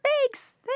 thanks